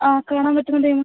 ആ കയറാന് പറ്റുന്ന ടൈം